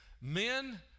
Men